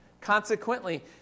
Consequently